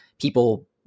people